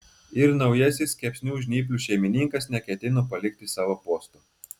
ir naujasis kepsnių žnyplių šeimininkas neketino palikti savo posto